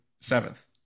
seventh